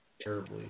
terribly